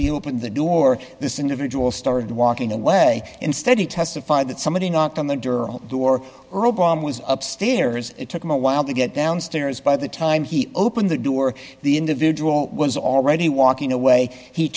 he opened the door this individual started walking away instead he testified that somebody knocked on the girl door or obama was upstairs it took him a while to get downstairs by the time he opened the door the individual was already walking away he